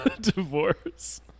divorce